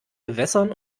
gewässern